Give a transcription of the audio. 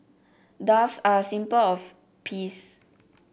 doves are a symbol of peace